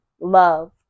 love